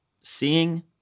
seeing